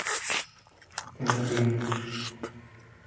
ᱛᱤᱱᱟᱹᱜ ᱫᱤᱱ